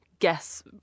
guess